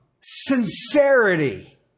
sincerity